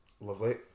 lovely